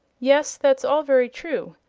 yes that's all very true.